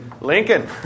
Lincoln